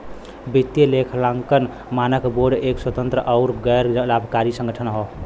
वित्तीय लेखांकन मानक बोर्ड एक स्वतंत्र आउर गैर लाभकारी संगठन हौ